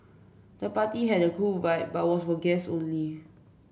the party had a cool vibe but was for guest only